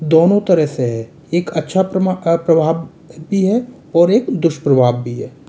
दोनों तरह से है एक अच्छा प्रभाव भी है और एक दुष्प्रभाव भी है